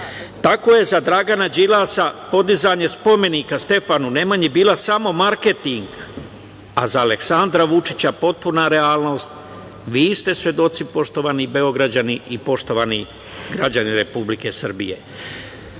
je za Dragana Đilasa podizanje spomenika Stefanu Nemanji bio samo marketing, a za Aleksandra Vučića potpuna realnost. Vi ste svedoci, poštovani Beograđani i poštovani građani Republike Srbije. Tako